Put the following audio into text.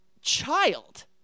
child